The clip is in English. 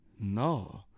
no